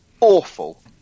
Awful